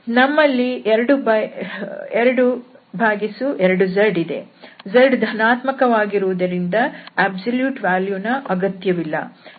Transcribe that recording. ನಮ್ಮಲ್ಲಿ 22zಇದೆ z ಧನಾತ್ಮಕವಾಗಿರುವುದರಿಂದ ಸಂಪೂರ್ಣ ಮೌಲ್ಯ ದ ಅಗತ್ಯವಿಲ್ಲ